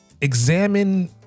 examine